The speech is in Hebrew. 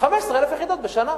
15,000 יחידות בשנה.